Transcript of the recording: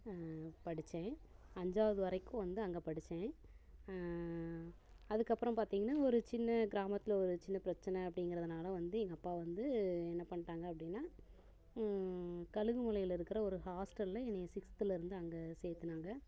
படித்தேன் அஞ்சாவது வரைக்கும் வந்து அங்கே படித்தேன் அதுக்கப்புறம் பார்த்தீங்கன்னா ஒரு சின்ன கிராமத்தில் ஒரு சின்ன பிரச்சனை அப்படிங்கிறதுனால வந்து எங்கள் அப்பா வந்து என்ன பண்ணிட்டாங்க அப்படின்னா கழுகு மலையில் இருக்கிற ஒரு ஹாஸ்டலில் என்னை சிக்ஸ்த்லேருந்து அங்கே சேர்த்துனாங்க